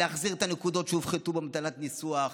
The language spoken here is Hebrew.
להחזיר את הנקודות שהופחתו במטלת הניסוח.